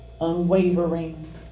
unwavering